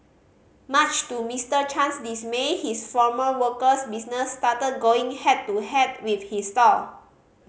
much to Mister Chan's dismay his former worker's business started going head to head with his stall